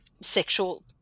sexual